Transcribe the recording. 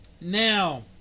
Now